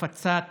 והפצת